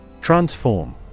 Transform